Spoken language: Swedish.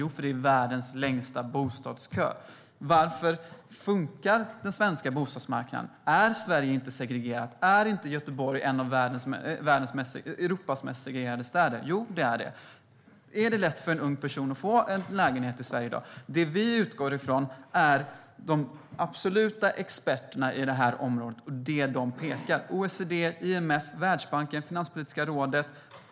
Jo, därför att det är världens längsta bostadskö. Fungerar den svenska bostadsmarknaden? Är inte Sverige segregerat? Är inte Göteborg en av Europas mest segregerade städer? Jo, det är det. Är det lätt för en ung person att få en lägenhet i Sverige i dag? Det vi utgår från är de absoluta experterna på det här området och vad de pekar på. Det är OECD, IMF, Världsbanken och Finanspolitiska rådet.